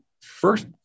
first